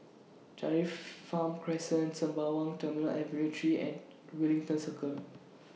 Dairy Farm Crescent Sembawang Terminal Avenue three and Wellington Circle